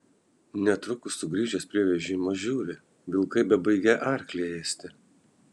netrukus sugrįžęs prie vežimo žiūri vilkai bebaigią arklį ėsti